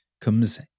comes